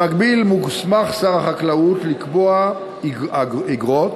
במקביל, מוסמך שר החקלאות לקבוע אגרות